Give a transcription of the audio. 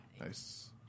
Nice